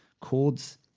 chords